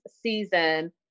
season